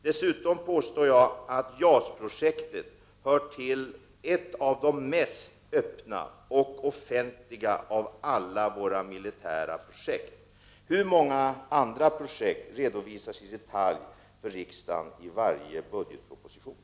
Dessutom påstår jag att JAS-projektet är ett av de mest öppna och offentliga av alla våra militära projekt. Hur många andra projekt redovisas i detalj för riksdagen i varje budgetproposition?